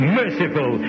merciful